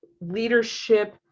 leadership